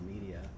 media